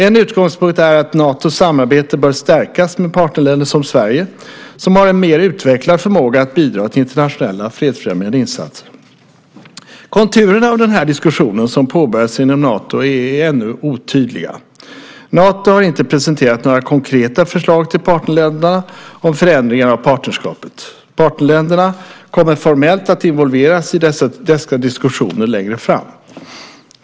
En utgångspunkt är att Natos samarbete bör stärkas med partnerländer som Sverige, som har en mer utvecklad förmåga att bidra till internationella fredsfrämjande insatser. Konturerna av den diskussion som påbörjats inom Nato är ännu otydliga. Nato har inte presenterat några konkreta förslag till partnerländerna om förändringar av partnerskapet. Partnerländerna kommer formellt att involveras i dessa diskussioner längre fram.